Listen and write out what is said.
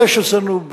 יש אצלנו,